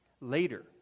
later